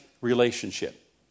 relationship